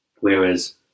Whereas